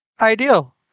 ideal